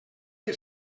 que